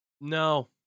no